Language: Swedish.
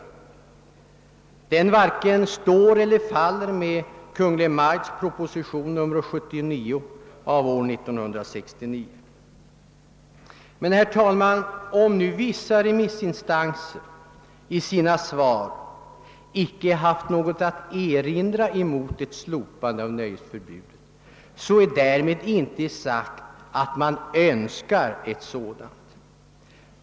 Den varken står eller faller med Kungl. Maj:ts proposition nr 77 av år 1969. Men, herr talman, om nu vissa remissinstanser i sina svar icke har haft något att erinra mot ett slopande av nöjesförbudet så är därmed inte sagt att man Önskar ett sådant.